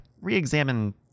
re-examine